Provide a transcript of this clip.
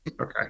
Okay